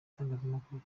itangazamakuru